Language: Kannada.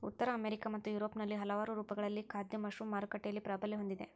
ಉತ್ತರ ಅಮೆರಿಕಾ ಮತ್ತು ಯುರೋಪ್ನಲ್ಲಿ ಹಲವಾರು ರೂಪಗಳಲ್ಲಿ ಖಾದ್ಯ ಮಶ್ರೂಮ್ ಮಾರುಕಟ್ಟೆಯಲ್ಲಿ ಪ್ರಾಬಲ್ಯ ಹೊಂದಿದೆ